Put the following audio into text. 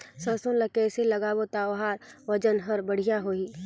सरसो ला कइसे लगाबो ता ओकर ओजन हर बेडिया होही?